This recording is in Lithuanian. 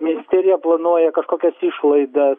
ministerija planuoja kažkokias išlaidas